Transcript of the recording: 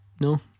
No